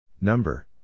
Number